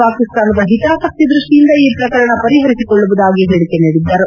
ಪಾಕಿಸ್ತಾನದ ಹಿತಾಸಕ್ತಿ ದೃಷ್ಟಿಯಿಂದ ಈ ಪ್ರಕರಣ ಪರಿಹರಿಸಿಕೊಳ್ಳುವುದಾಗಿ ಹೇಳಿಕೆ ನೀಡಿದ್ದರು